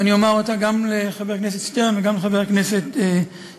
ואני אומר אותה גם לחבר הכנסת שטרן וגם לחבר הכנסת סמוטריץ.